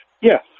yes